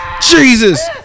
Jesus